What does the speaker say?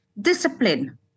discipline